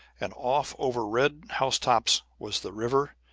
and off over red housetops was the river,